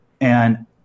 And-